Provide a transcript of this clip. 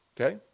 Okay